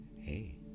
hey